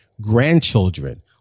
grandchildren